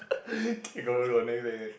okay got got got next next next